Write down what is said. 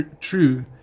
true